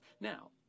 Now